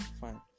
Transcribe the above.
fine